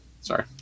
Sorry